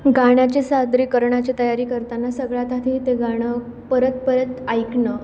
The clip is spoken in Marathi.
गाण्याचे सादरीकरणाची तयारी करताना सगळ्यात आधी ते गाणं परत परत ऐकणं